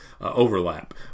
overlap